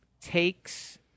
takes